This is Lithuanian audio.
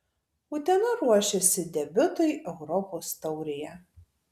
utena ruošiasi debiutui europos taurėje